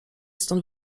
stąd